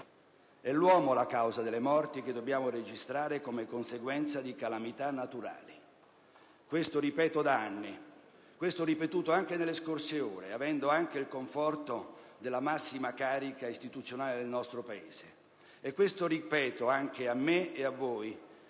è l'uomo la causa delle morti che dobbiamo registrare come conseguenza di calamità naturali. Questo ripeto da anni e l'ho ripetuto anche nelle scorse ore, avendo il conforto anche della massima carica istituzionale del nostro Paese, e lo ripeto anche a me e a voi